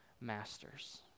masters